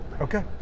Okay